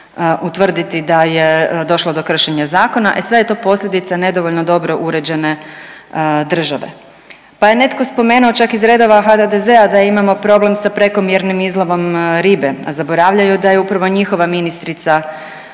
da je došlo do kršenja zakona sve je to posljedica nedovoljno dobro uređene države. Pa je netko spomenuo čak iz redova HDZ-a da imamo problem sa prekomjernim izlovom ribe, a zaboravljaju da je upravo njihova ministrica